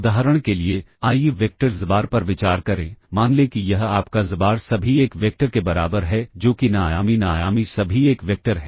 उदाहरण के लिए आइए वेक्टर xbar पर विचार करें मान लें कि यह आपका xbar सभी 1 वेक्टर के बराबर है जो कि n आयामी n आयामी सभी 1 वेक्टर है